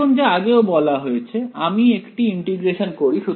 এখন যা আগেও বলা হয়েছে আমি একটি ইন্টিগ্রেশন করি